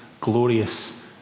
glorious